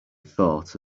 thought